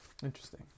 Interesting